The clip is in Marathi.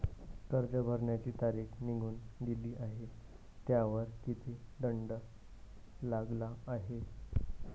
कर्ज भरण्याची तारीख निघून गेली आहे त्यावर किती दंड लागला आहे?